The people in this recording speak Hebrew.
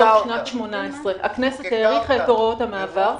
שנת 2018. הכנסת האריכה את הוראות המעבר.